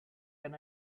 can